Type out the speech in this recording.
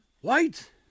White